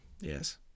Yes